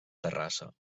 terrassa